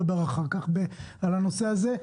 שיותר מהר הדברים יובאו כדי שנוכל גם אנחנו לעקוב אחריהם.